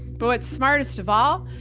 but what's smartest of all,